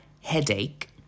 headache